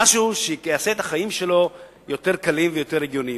שיעשה את החיים שלו יותר קלים ויותר הגיוניים.